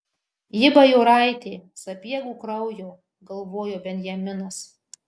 ji bajoraitė sapiegų kraujo galvojo benjaminas